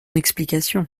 explication